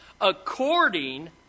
according